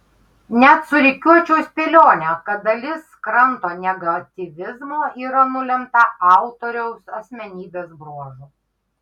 net surikiuočiau spėlionę kad dalis kranto negatyvizmo yra nulemta autoriaus asmenybės bruožų